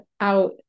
out